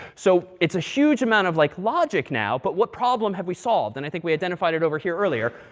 so it's a huge amount of like logic now. but what problem have we solved? and i think we identified it over here earlier.